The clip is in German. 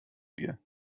wir